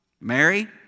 Mary